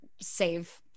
save